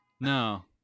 No